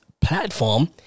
platform